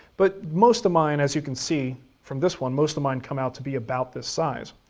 but most of mine, as you can see from this one, most of mine come out to be about this size.